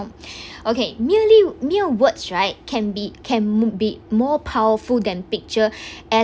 okay merely mere words right can be can be more powerful than picture